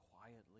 quietly